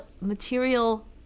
material